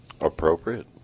Appropriate